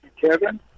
kevin